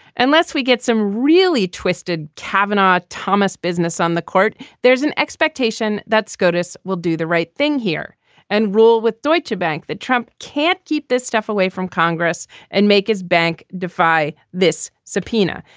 unless we get some really twisted taverner thomas business on the court, there's an expectation that scotus will do the right thing here and rule with deutschebank that trump can't keep this stuff away from congress and make his bank defy this subpoena.